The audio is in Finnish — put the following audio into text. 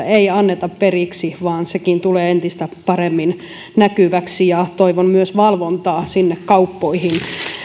ei anneta periksi vaan sekin tulee entistä paremmin näkyväksi ja toivon myös valvontaa sinne kauppoihin